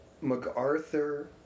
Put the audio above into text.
MacArthur